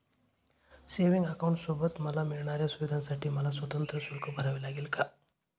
Savings अकाउंटसोबत मला मिळणाऱ्या सुविधांसाठी मला स्वतंत्र शुल्क भरावे लागेल का?